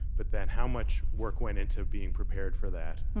but then how much work went into being prepared for that,